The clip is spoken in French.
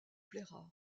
plaira